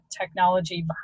technology